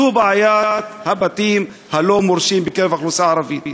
זו בעיית הבתים הלא-מורשים בקרב האוכלוסייה הערבית.